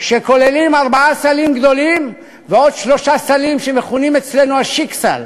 לארבעה סלים גדולים ועוד שלושה סלים שמכונים אצלנו ה"שיק סל".